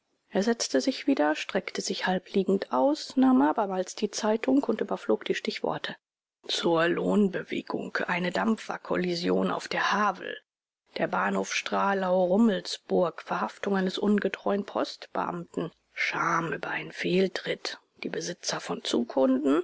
er setzte sich wieder streckte sich halb liegend aus nahm abermals die zeitung und überflog die stichworte zur lohnbewegung eine dampferkollision auf der havel der bahnhof stralau rummelsburg verhaftung eines ungetreuen postbeamten scham über einen fehltritt die besitzer von